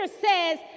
says